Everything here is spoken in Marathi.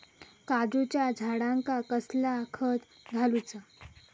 काजूच्या झाडांका कसला खत घालूचा?